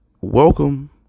welcome